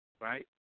right